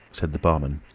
said the barman.